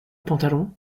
pantalon